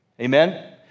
Amen